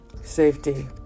safety